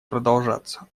продолжаться